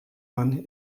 one